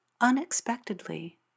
unexpectedly